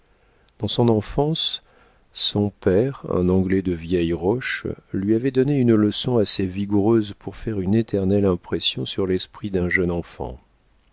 dans son enfance son père un anglais de vieille roche lui avait donné une leçon assez vigoureuse pour faire une éternelle impression sur l'esprit d'un jeune enfant